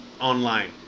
online